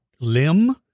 limb